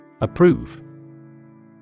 Approve